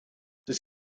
does